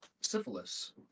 syphilis